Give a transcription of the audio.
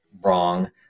Wrong